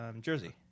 Jersey